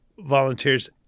Volunteers